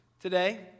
Today